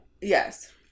yes